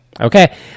okay